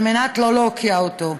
כדי שלא נוקיע אותו?